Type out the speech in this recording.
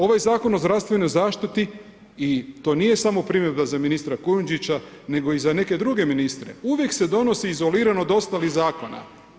Ovaj Zakon o zdravstvenoj zaštiti i to nije samo … za ministra Kujundžića nego i za neke druge ministre, uvijek se donosi izolirano od ostalih zakona.